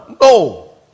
no